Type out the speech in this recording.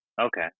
Okay